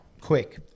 quick